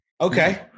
Okay